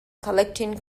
collecting